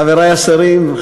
חברי השרים,